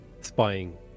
spying